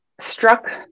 struck